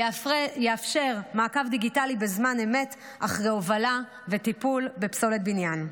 יאפשר מעקב דיגיטלי בזמן אמת אחרי הובלה וטיפול בפסולת בניין.